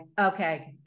Okay